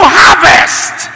harvest